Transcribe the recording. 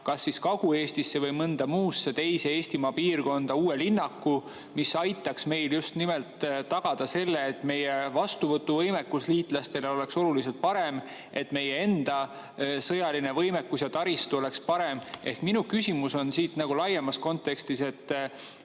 kas siis Kagu-Eestisse või mõnda teise Eestimaa piirkonda uue linnaku, mis aitaks meil just nimelt tagada seda, et meie võimekus liitlaste vastuvõtuks oleks oluliselt parem ja et meie enda sõjaline võimekus ja taristu oleks parem. Minu küsimus on laiemas kontekstis.